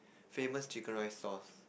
famous chicken rice stalls